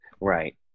right